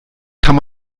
kann